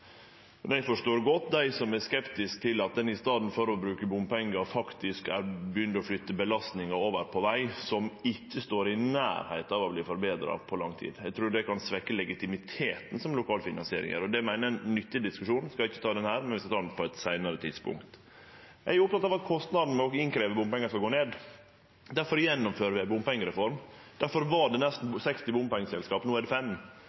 eg forstår godt dei som er skeptiske til at ein i staden for å bruke bompengar faktisk begynner å flytte belastninga over på veg som ikkje står i nærleiken av å verte forbetra på lang tid. Eg trur det kan svekkje legitimiteten som lokal finansiering gjev, og det meiner eg er ein nyttig diskusjon. Vi skal ikkje ta den her, men vi skal ta den på eit seinare tidspunkt. Eg er oppteken av at kostnaden ved å krevje inn bompengar skal gå ned. Difor gjennomfører vi ei bompengereform – det var nesten 60 bompengeselskap, og no er det